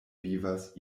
vivas